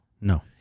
No